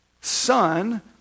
Son